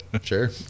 sure